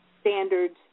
standards